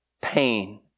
pain